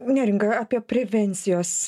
neringa apie prevencijos